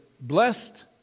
Blessed